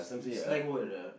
slang word ah